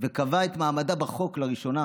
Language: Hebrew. וקבע את מעמדה בחוק לראשונה.